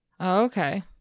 Okay